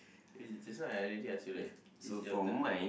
eh just now I already ask you right it's your turn